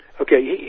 okay